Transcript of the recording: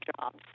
jobs